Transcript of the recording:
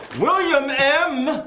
william m.